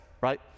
right